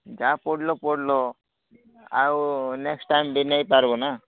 ଯାହା ପଢ଼ିଲ ପଢ଼ିଲ ଆଉ ନେକ୍ସଟ୍ ଟାଇମ୍ ବି ନେଇପାରିବନା